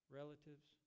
relatives